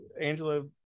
angela